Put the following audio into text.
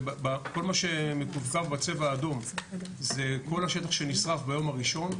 כל מה שמקווקוו בצבע האדום זה כל השטח שנשרף ביום הראשון,